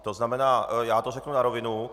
To znamená, já to řeknu na rovinu.